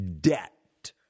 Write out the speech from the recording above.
Debt